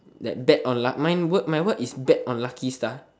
that bet or luck mine word my word is bet or lucky star